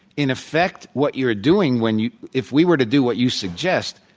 in effect what you're doing when you if we were to do what you suggest,